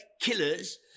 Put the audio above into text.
killers